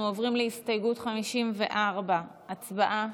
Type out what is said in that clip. אנחנו עוברים להסתייגות מס' 54. הצבעה.